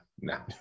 no